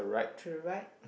to the right